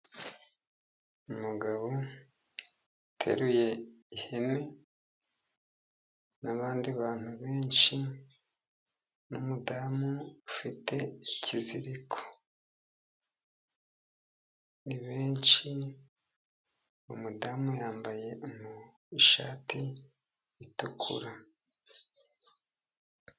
Umugabo yateruye ihene n'abandi bantu benshi n'umudamu ufite ikiziriko, ni benshi umudamu yambaye ishati itukura.